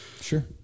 Sure